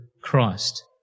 Christ